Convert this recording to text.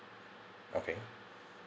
okay